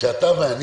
כשאתה ואני